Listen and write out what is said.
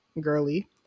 girly